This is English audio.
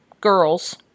girls